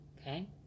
Okay